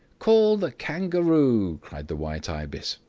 call the kangaroo! cried the white ibis.